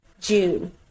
June